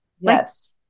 Yes